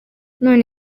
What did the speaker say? none